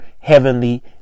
heavenly